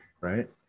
right